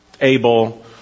Abel